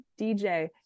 DJ